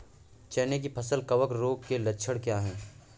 चना की फसल कवक रोग के लक्षण क्या है?